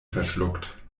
verschluckt